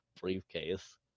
briefcase